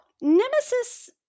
Nemesis